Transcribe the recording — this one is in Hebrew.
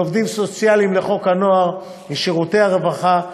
עובדים סוציאליים לחוק הנוער משירותי הרווחה,